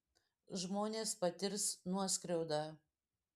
žmonės patirs nuoskriaudą